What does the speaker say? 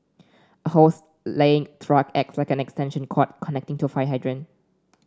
a hose laying truck acts like an extension cord connecting to fire hydrant